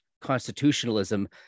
constitutionalism